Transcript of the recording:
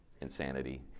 insanity